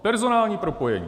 Personální propojení.